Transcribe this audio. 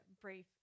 brief